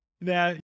Now